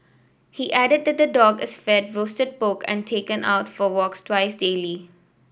he added that the dog is fed roasted pork and taken out for walks twice daily